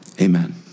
Amen